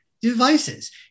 devices